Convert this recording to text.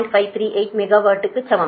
538 மெகாவாட்க்கு சமம்